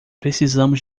precisamos